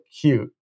cute